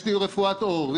יש לי רפואת עור,